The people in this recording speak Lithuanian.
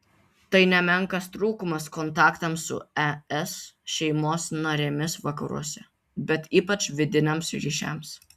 tai nemenkas trūkumas kontaktams su es šeimos narėmis vakaruose bet ypač vidiniams ryšiams